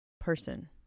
person